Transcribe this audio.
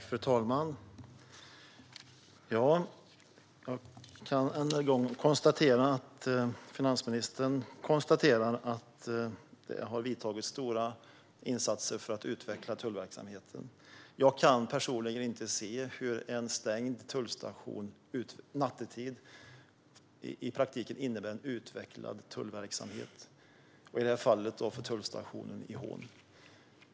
Fru talman! Jag kan än en gång konstatera att finansministern hävdar att det har gjorts stora insatser för att utveckla tullverksamheten. Jag kan personligen inte se hur en stängd tullstation nattetid i praktiken innebär en utvecklad tullverksamhet, i det här fallet för tullstationen i Hån.